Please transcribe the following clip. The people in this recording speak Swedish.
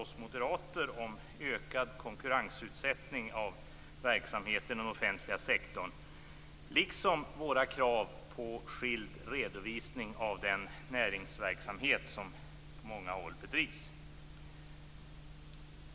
oss moderater om ökad konkurrensutsättning av verksamheten i den offentliga sektorn, liksom våra krav på skild redovisning av den näringsverksamhet som på många håll bedrivs.